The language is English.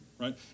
right